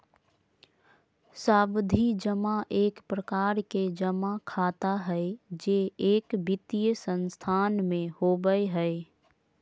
सावधि जमा एक प्रकार के जमा खाता हय जे एक वित्तीय संस्थान में होबय हय